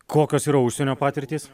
kokios yra užsienio patirtys